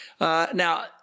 Now